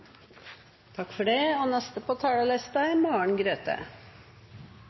Takk for spørsmålene. Det er